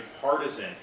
partisan